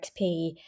XP